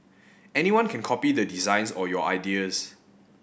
anyone can copy the designs or your ideas